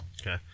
Okay